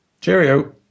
Cheerio